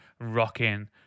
rocking